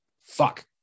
fuck